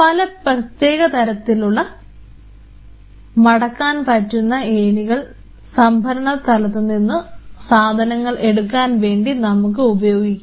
പല പലതരത്തിലുള്ള ഉള്ള മടക്കാൻ പറ്റുന്ന ഏണികൾ സംഭരണ സ്ഥലത്തുനിന്ന് സാധനങ്ങൾ എടുക്കാൻ വേണ്ടി നമുക്ക് ഉപയോഗിക്കാം